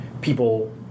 people